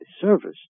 service